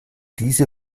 diese